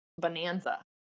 Bonanza